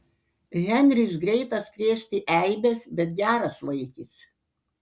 henris greitas krėsti eibes bet geras vaikis